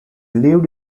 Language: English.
lived